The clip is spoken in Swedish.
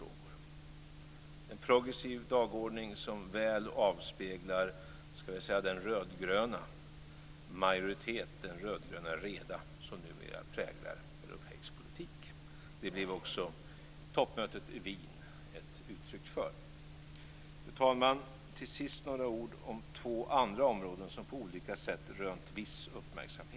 Det är en progressiv dagordning som väl avspeglar, skall vi säga, den rödgröna majoritet, den rödgröna reda, som numera präglar europeisk politik. Det blev också toppmötet i Wien ett uttryck för. Fru talman! Till sist några ord om två andra områden som på olika sätt rönt viss uppmärksamhet.